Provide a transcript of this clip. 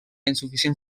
insuficient